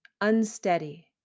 Unsteady